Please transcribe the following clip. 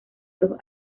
dos